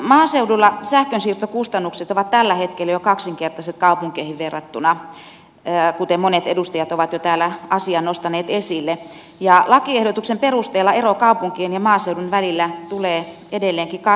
maaseudulla sähkönsiirtokustannukset ovat tällä hetkellä jo kaksinkertaiset kaupunkeihin verrattuna kuten monet edustajat ovat jo täällä asian nostaneet esille ja lakiehdotuksen perusteella ero kaupunkien ja maaseudun välillä tulee edelleenkin kasvamaan